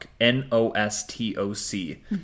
N-O-S-T-O-C